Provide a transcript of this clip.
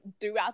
throughout